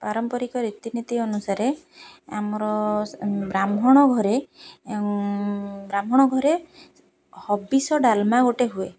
ପାରମ୍ପରିକ ରୀତିନୀତି ଅନୁସାରେ ଆମର ବ୍ରାହ୍ମଣ ଘରେ ବ୍ରାହ୍ମଣ ଘରେ ହବିଷ ଡାଲମା ଗୋଟେ ହୁଏ